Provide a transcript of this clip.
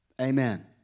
Amen